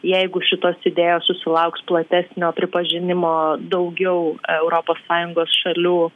jeigu šitos idėjos susilauks platesnio pripažinimo daugiau europos sąjungos šalių